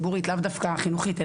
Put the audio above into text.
לאו דווקא חינוכית,